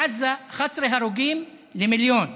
בעזה, 11 הרוגים למיליון.